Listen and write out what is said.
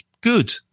good